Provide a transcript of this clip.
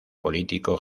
político